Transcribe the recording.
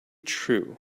true